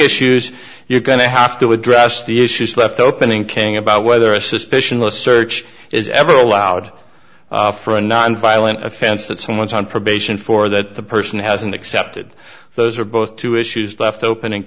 issues you're going to have to address the issues left open in king about whether a suspicion list search is ever allowed for a nonviolent offense that someone's on probation for that the person hasn't accepted those are both two issues left open and